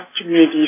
communities